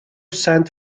sent